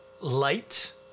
light